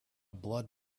blood